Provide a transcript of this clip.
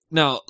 now